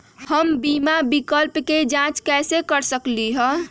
हम बीमा विकल्प के जाँच कैसे कर सकली ह?